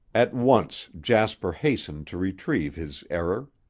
at once jasper hastened to retrieve his error.